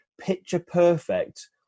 picture-perfect